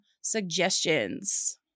suggestions